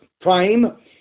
prime